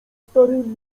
starym